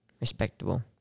Respectable